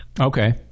Okay